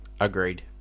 Agreed